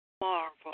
marvel